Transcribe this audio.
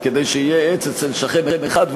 וכדי שיהיה עץ אצל שכן אחד,